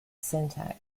syntax